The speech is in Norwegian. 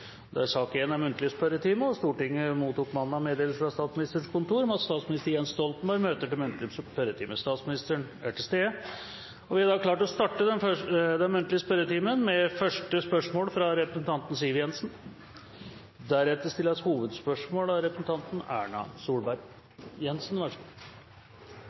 Stortinget mottok mandag meddelelse fra Statsministerens kontor om at statsminister Jens Stoltenberg vil møte til muntlig spørretime. Statsministeren er til stede, og vi er klare til å starte den muntlige spørretimen. Vi starter med første hovedspørsmål, fra representanten Siv Jensen.